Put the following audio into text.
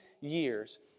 years